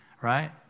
right